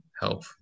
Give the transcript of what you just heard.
help